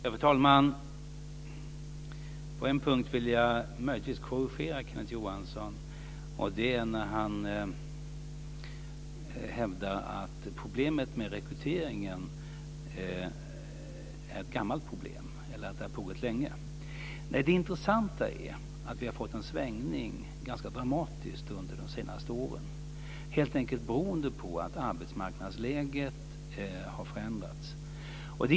Fru talman! På en punkt vill jag möjligtvis korrigera Kenneth Johansson. Det är när han hävdar att problemet med rekryteringen har funnits länge. Det intressanta är att vi har fått en ganska dramatisk svängning under de senaste åren, helt enkelt beroende på att arbetsmarknadsläget har förändrats.